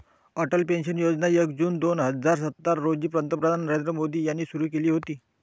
Atal pension Yojana एक जून दोन हजार सतरा रोजी पंतप्रधान नरेंद्र मोदी यांनी सुरू केली होती